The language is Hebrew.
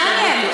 מעניין.